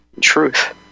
truth